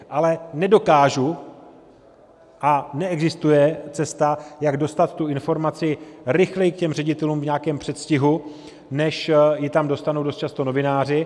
Ale nedokážu a neexistuje cesta, jak dostat tu informaci rychleji k těm ředitelům v nějakém předstihu, než ji tam dostanou dost často novináři.